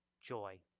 joy